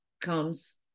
comes